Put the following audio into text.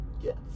Yes